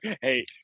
Hey